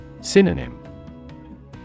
Synonym